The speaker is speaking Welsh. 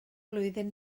flwyddyn